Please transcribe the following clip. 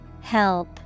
Help